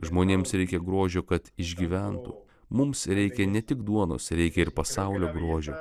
žmonėms reikia grožio kad išgyventų mums reikia ne tik duonos reikia ir pasaulio grožio